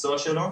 במקצוע שלו,